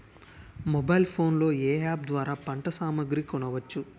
Mobile phone లో ఏ app ద్వారా పంట సామాగ్రి కొనచ్చు?